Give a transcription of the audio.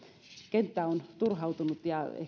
kenttä on turhautunut ja ehkä tätä